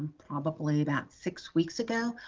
probably about six weeks ago.